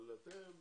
אבל אתם,